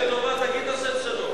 משהו לטובה, תגיד את השם שלו.